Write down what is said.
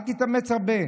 אל תתאמץ הרבה,